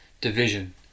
division